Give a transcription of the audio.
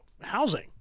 housing